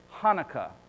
Hanukkah